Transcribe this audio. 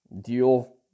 deal